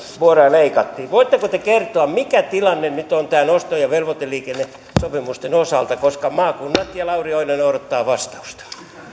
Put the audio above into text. vuoroja leikattiin voitteko te kertoa mikä tilanne nyt on näiden osto ja velvoiteliikennesopimusten osalta koska maakunnat ja lauri oinonen odottavat vastausta